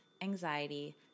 anxiety